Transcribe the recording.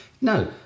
no